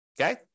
okay